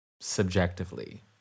subjectively